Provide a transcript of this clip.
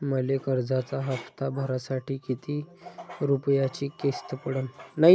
मले कर्जाचा हप्ता भरासाठी किती रूपयाची किस्त पडन?